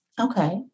Okay